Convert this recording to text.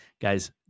Guys